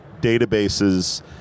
databases